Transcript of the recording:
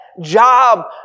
Job